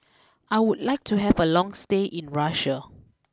I would like to have a long stay in Russia